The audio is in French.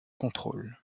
contrôle